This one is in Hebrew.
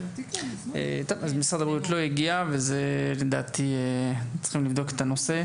אז משרד הבריאות לא הגיע וזה לדעתי צריכים לבדוק את הנושא.